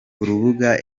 urubuga